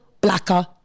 blacker